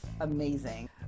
amazing